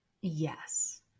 Yes